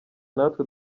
natwe